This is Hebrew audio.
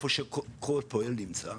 איפה כול פועל נמצא,